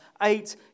eight